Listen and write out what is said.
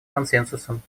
консенсусом